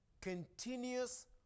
continuous